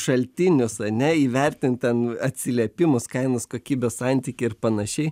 šaltinius ane įvertint ten atsiliepimus kainos kokybės santykį ir panašiai